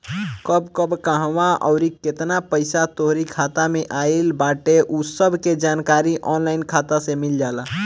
कब कब कहवा अउरी केतना पईसा तोहरी खाता में आई बाटे उ सब के जानकारी ऑनलाइन खाता से मिल जाला